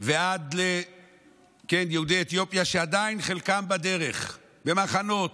ועד ליהודי אתיופיה, שעדיין חלקם בדרך, במחנות,